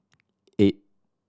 eight